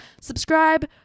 subscribe